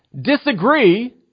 disagree